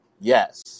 Yes